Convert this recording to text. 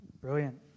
brilliant